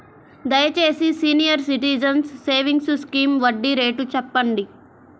దయచేసి senior citizens savings scheme వడ్డీ rate చెప్పండి